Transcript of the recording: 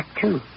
Two